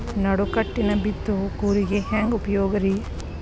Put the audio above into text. ನಡುಕಟ್ಟಿನ ಬಿತ್ತುವ ಕೂರಿಗೆ ಹೆಂಗ್ ಉಪಯೋಗ ರಿ?